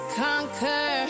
conquer